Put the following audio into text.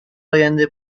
آینده